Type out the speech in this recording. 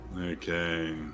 Okay